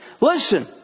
Listen